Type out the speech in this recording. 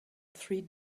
three